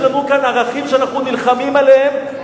יש לנו כאן ערכים שאנחנו נלחמים עליהם.